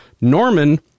norman